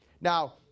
Now